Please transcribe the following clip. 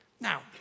Now